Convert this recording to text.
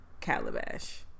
Calabash